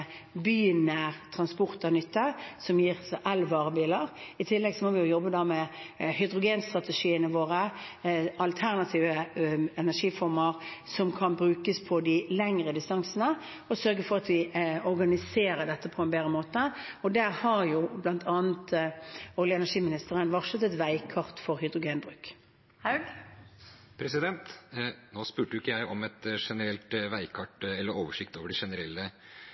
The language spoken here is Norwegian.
som gis til elvarebiler. I tillegg må vi jobbe med hydrogenstrategiene våre, alternative energiformer som kan brukes på de lengre distansene, og sørge for at vi organiserer dette på en bedre måte. Olje- og energiministeren har bl.a. varslet et veikart for hydrogenbruk. Nå spurte ikke jeg om et generelt veikart eller oversikt over de generelle